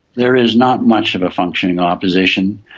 there is not much of a functioning opposition.